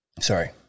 Sorry